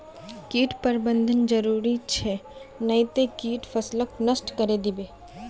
कीट प्रबंधन जरूरी छ नई त कीट फसलक नष्ट करे दीबे